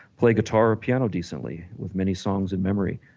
play guitar or piano decently with many songs in memory,